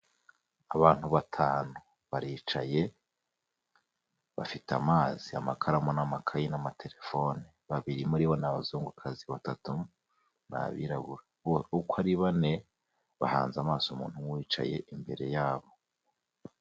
Abantu batanu baricaye, bafite amazi, amakaramu n'amakayi n'amatelefone. Babiri muri bo ni abazungukazi, batatu ni abirabura, uko ari bane bahanze amaso umuntu umwe wicaye. imbere yabo